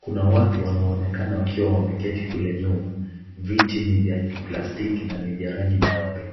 Kuna watu wanaonekana wakiwa wameketi kule nyuma. Viti ni via plastiki na ni vya rangi nyeupe.